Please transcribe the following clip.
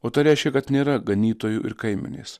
o tai reiškia kad nėra ganytojų ir kaimenės